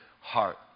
heart